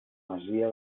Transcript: masia